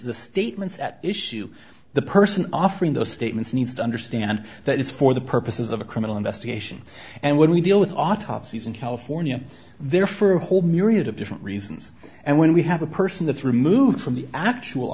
the statements at issue the person offering those statements needs to understand that it's for the purposes of a criminal investigation and when we deal with autopsies in california there for a whole myriad of different reasons and when we have a person that's removed from the actual